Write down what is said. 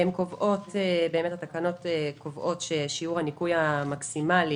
התקנות קובעות ששיעור הניכוי המקסימלי